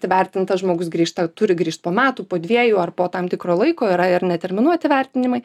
įvertintas žmogus grįžta turi grįžt po metų po dviejų ar po tam tikro laiko yra ir neterminuoti vertinimai